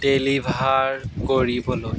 deliver কৰিবলৈ